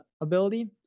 ability